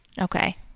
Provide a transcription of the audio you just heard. Okay